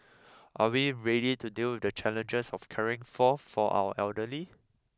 are we ready to deal with the challenges of caring for for our elderly